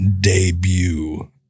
debut